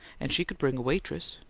and she could bring a waitress.